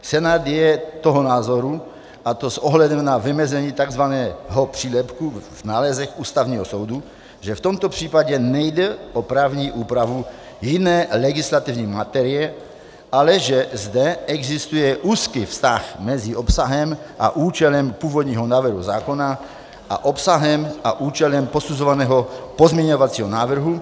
Senát je toho názoru, a to s ohledem na vymezení takzvaného přílepku v nálezech Ústavního soudu, že v tomto případě nejde o právní úpravu jiné legislativní materie, ale že zde existuje úzký vztah mezi obsahem a účelem původního návrhu zákona a obsahem a účelem posuzovaného pozměňovacího návrhu.